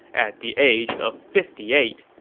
at the age of fifty eight.